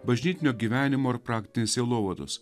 bažnytinio gyvenimo ir praktinės sielovados